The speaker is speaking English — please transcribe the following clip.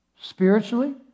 Spiritually